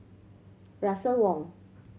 Russel Wong